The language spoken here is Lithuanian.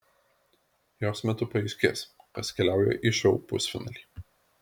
jos metu paaiškės kas keliauja į šou pusfinalį